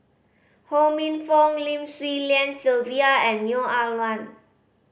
Ho Minfong Lim Swee Lian Sylvia and Neo Ah Luan